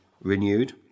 renewed